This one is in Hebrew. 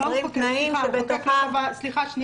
יוצרים תנאים שבתוכם --- סליחה, שנייה.